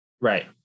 Right